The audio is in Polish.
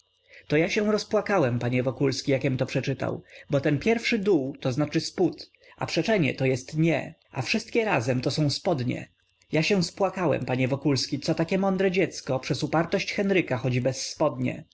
interes ja się rozpłakałem panie wokulski jakiem przeczytał bo ten pierwszy dół to znaczy spód a przeczenie to jest nie a wszystkie razem to są spodnie ja się spłakałem panie wokulski co takie mądre dziecko przez upartość henryka chodzi bez spodnie